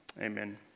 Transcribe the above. Amen